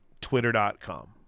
Twitter.com